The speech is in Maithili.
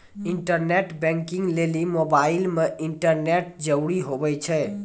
इंटरनेट बैंकिंग लेली मोबाइल मे इंटरनेट जरूरी हुवै छै